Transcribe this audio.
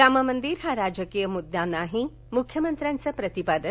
राम मंदिर हा राजकीय मुद्दा नाही मुख्यमंत्र्यांचं प्रतिपादन